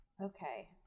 Okay